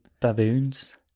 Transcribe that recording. baboons